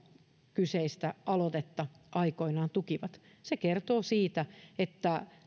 kyseistä aloitetta aikoinaan tukivat se kertoo siitä että